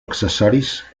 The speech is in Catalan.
accessoris